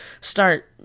start